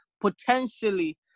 potentially